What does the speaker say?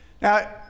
Now